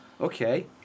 okay